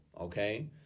okay